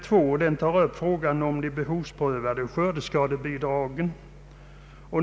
Reservationen 2 tar upp frågan om de behovsprövade skördeskadebidragen.